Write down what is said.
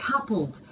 coupled